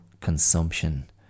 consumption